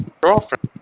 girlfriend